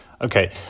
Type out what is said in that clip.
Okay